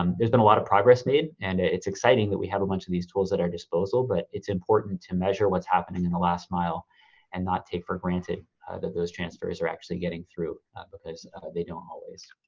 um there's been a lot of progress made and it's exciting that we have a bunch of these tools at our disposal, but it's important to measure what's happening in the last mile and not take for granted that those transfers are actually getting through because they don't always.